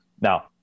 Now